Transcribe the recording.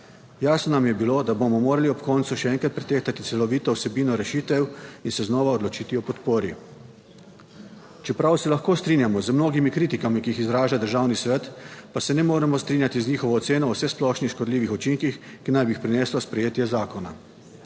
Jasno nam je bilo, da bomo morali ob koncu še enkrat pretehtati celovito vsebino rešitev in se znova odločiti o podpori. Čeprav se lahko strinjamo z mnogimi kritikami, ki jih izraža Državni svet, pa se ne moremo strinjati z njihovo oceno o vsesplošnih škodljivih učinkih, ki naj bi jih prineslo sprejetje zakona.